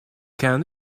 can